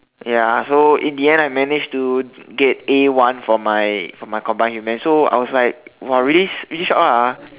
ya so in the end I manage to get A one for my for my combined humans so I was like !wah! really really shock lah